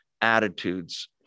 attitudes